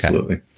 absolutely.